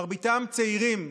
מרביתם צעירים,